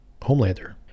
Homelander